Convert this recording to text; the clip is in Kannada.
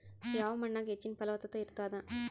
ಯಾವ ಮಣ್ಣಾಗ ಹೆಚ್ಚಿನ ಫಲವತ್ತತ ಇರತ್ತಾದ?